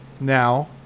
now